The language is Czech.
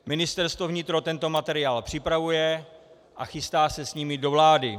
Ministerstvo vnitra tento materiál připravuje a chystá se s ním jít do vlády.